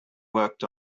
worked